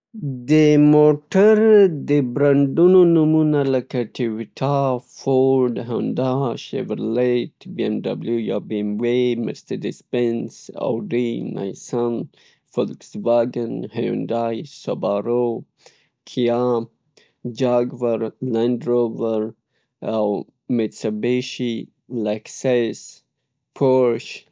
د موټر د برنډونو نمومونه لکه تویوتا، فورد، هندا، شاورلیت، بی ام ډبلو یا بي ام وې، مرسیدیز بنز، آوډی، نیسان، فلکس واګن، هایندای، سابارو، کیا، جاګوار، لند روور او میتسبیشی، لکسس، پورش.